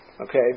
okay